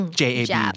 jab